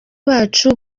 bacu